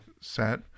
set